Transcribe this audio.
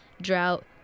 drought